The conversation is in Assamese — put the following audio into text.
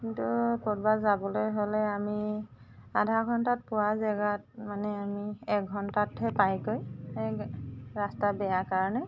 কিন্তু ক'ৰবাত যাবলৈ হ'লে আমি আধা ঘণ্টাত পোৱা জেগাত মানে আমি এঘণ্টাতহে পাইগৈ ৰাস্তা বেয়া কাৰণে